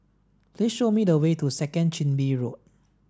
please show me the way to Second Chin Bee Road